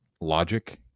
logic